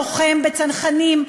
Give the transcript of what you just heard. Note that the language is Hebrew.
לוחם בצנחנים,